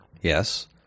Yes